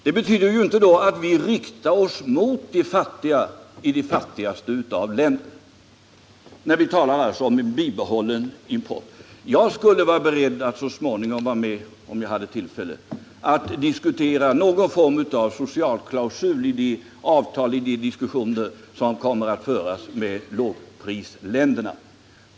Det betyder ju inte att våra förslag riktar sig mot de fattigaste människorna i de fattigaste av länder. Vi talar ju i stället om en bibehållen import. Om jag hade tillfälle därtill skulle jag så småningom gärna vara med och diskutera någon form av socialklausul i de förhandlingar som kommer att föras med lågprisländerna.